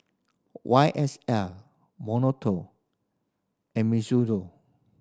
Y S L and